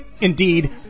indeed